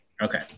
okay